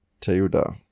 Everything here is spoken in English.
Teuda